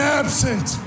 absent